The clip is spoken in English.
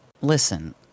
listen